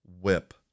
whip